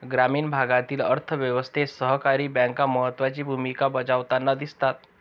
ग्रामीण भागातील अर्थ व्यवस्थेत सहकारी बँका महत्त्वाची भूमिका बजावताना दिसतात